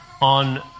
on